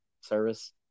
service